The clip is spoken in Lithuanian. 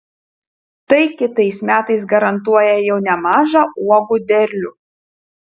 tai kitais metais garantuoja jau nemažą uogų derlių